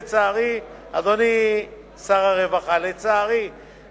לצערי, אדוני שר הרווחה, רק